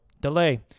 delay